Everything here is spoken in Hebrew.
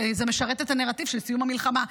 כי זה משרת את הנרטיב של סיום המלחמה.